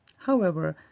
however,